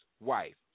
wife